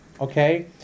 okay